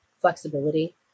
flexibility